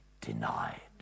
denied